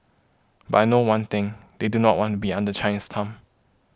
but I know one thing they do not want be under China's thumb